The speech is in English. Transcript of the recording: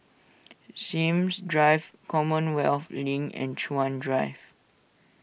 Sims Drive Commonwealth Link and Chuan Drive